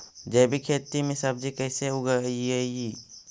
जैविक खेती में सब्जी कैसे उगइअई?